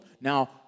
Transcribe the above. now